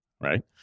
right